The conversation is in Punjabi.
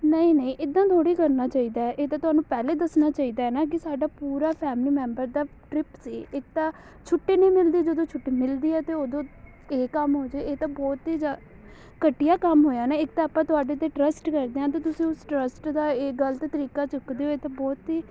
ਨਹੀਂ ਨਹੀਂ ਇੱਦਾਂ ਥੋੜ੍ਹੀ ਕਰਨਾ ਚਾਹੀਦਾ ਇਹ ਤਾਂ ਤੁਹਾਨੂੰ ਪਹਿਲੇ ਦੱਸਣਾ ਚਾਹੀਦਾ ਨਾ ਕਿ ਸਾਡਾ ਪੂਰਾ ਫੈਮਲੀ ਮੈਂਬਰ ਦਾ ਟ੍ਰਿਪ ਸੀ ਇੱਕ ਤਾਂ ਛੁੱਟੀ ਨਹੀਂ ਮਿਲਦੀ ਜਦੋਂ ਛੁੱਟੀ ਮਿਲਦੀ ਹੈ ਤਾਂ ਉਦੋਂ ਇਹ ਕੰਮ ਹੋ ਜਾਵੇ ਇਹ ਤਾਂ ਬਹੁਤ ਹੀ ਜਾ ਘਟੀਆ ਕੰਮ ਹੋਇਆ ਨਾ ਇੱਕ ਤਾਂ ਆਪਾਂ ਤੁਹਾਡੇ 'ਤੇ ਟਰੱਸਟ ਕਰਦੇ ਹਾਂ ਅਤੇ ਤੁਸੀਂ ਉਸ ਟਰੱਸਟ ਦਾ ਇਹ ਗ਼ਲਤ ਤਰੀਕਾ ਚੁੱਕਦੇ ਹੋ ਇਹ ਤਾਂ ਬਹੁਤ ਹੀ